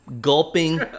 gulping